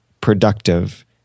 productive